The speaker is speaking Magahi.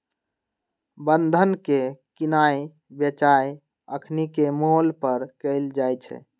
बन्धन के किनाइ बेचाई अखनीके मोल पर कएल जाइ छइ